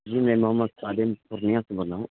جی میں محمد سالم پورنیہ سے بول رہا ہوں